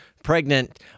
Pregnant